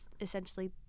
essentially